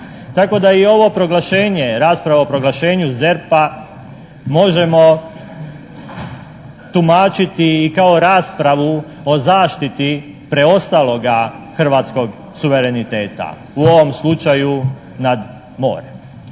tako da i ovo proglašenje, rasprava o proglašenju ZERP-a možemo tumačiti i kako raspravu o zaštiti preostaloga hrvatskog suvereniteta u ovom slučaju nad morem.